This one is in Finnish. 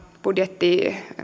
budjetin